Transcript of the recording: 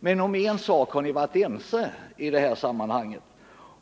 Men om en sak har ni varit ense, nämligen